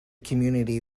community